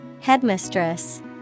Headmistress